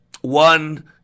One